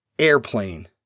Airplane